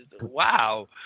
wow